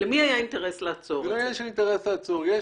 למי היה אינטרס לעצור את זה?